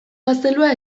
gaztelua